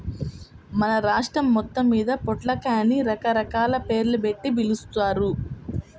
మన రాష్ట్రం మొత్తమ్మీద పొట్లకాయని రకరకాల పేర్లుబెట్టి పిలుస్తారు